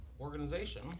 organization